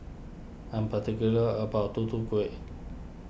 I'm particular about Tutu Kueh